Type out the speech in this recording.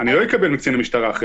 אני לא אקבל מקצין המשטרה את זה.